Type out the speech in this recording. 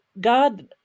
God